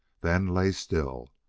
then lay still,